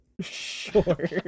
Sure